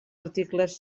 articles